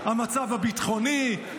המצב הביטחוני,